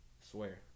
Swear